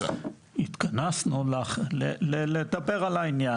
התכנסנו לדבר על העניין.